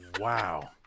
wow